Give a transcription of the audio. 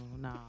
no